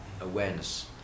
awareness